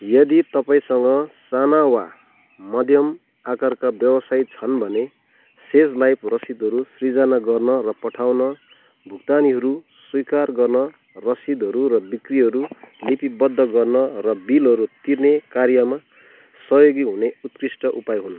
यदि तपाईँँसँग साना वा मध्यम आकारका व्यवसाय छन् भने सेज लाइभ रसिदहरू सिर्जना गर्न र पठाउन भुक्तानीहरू स्विकार गर्न रसिदहरू र बिक्रीहरू लिपिबद्ध गर्न र बिलहरू तिर्ने कार्यमा सहयोगी हुने उत्कृष्ट उपाय हुन्